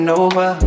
over